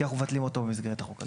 כי אנחנו מבטלים אותו במסגרת החוק הזה.